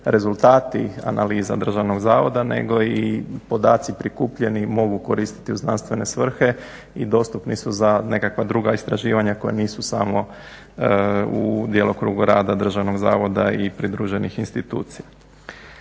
rezultati analiza državnog Zavod nego i podaci prikupljeni mogu koristiti u znanstvene svrhe i dostupni su za nekakva druga istraživanja koja nisu samo u djelokrugu rada državnog Zavoda i pridruženih institucija.